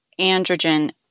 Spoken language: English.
androgen